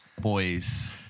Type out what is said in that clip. boys